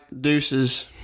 Deuces